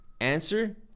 answer